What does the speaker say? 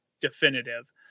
definitive